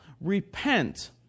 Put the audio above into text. Repent